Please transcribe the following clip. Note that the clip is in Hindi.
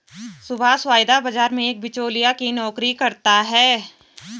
सुभाष वायदा बाजार में एक बीचोलिया की नौकरी करता है